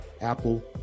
Apple